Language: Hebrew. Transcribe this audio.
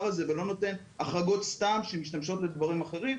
הזה ולא נותן החרגות סתם שמשמשות לדברים אחרים,